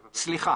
סליחה.